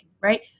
right